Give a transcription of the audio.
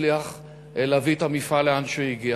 הצליח להביא את המפעל לאן שהוא הגיע.